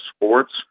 sports